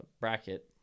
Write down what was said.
bracket